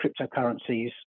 cryptocurrencies